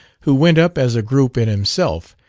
who went up as a group in himself,